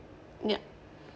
ya